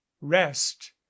rest